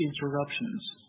interruptions